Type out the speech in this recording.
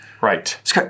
Right